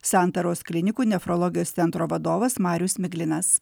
santaros klinikų nefrologijos centro vadovas marius miglinas